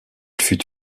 fut